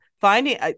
finding